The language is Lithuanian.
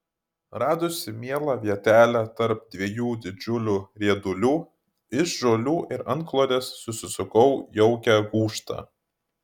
radusi mielą vietelę tarp dviejų didžiulių riedulių iš žolių ir antklodės susisukau jaukią gūžtą